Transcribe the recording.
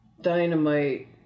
dynamite